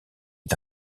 est